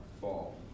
fall